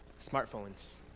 smartphones